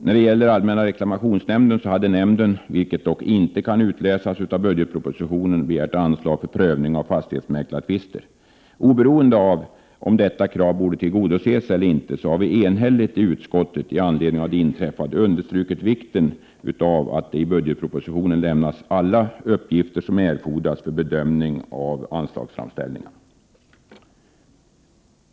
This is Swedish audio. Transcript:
När det gäller allmänna reklamationsnämnden hade nämnden -— vilket dock inte kan utläsas av budgetpropositionen — begärt anslag för prövning av fastighetsmäklartvister. Oberoende av om detta krav borde tillgodoses eller inte har vi i utskottet enhälligt i anledning av det inträffade understrukit vikten av att det i budgetpropositionen lämnas alla uppgifter som erfordras för bedömningen av anslagsframställningarna.